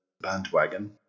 bandwagon